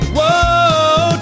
Whoa